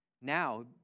Now